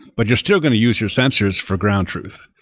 but you're still going to use your sensors for ground truth.